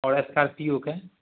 आओर स्कॉर्पिओके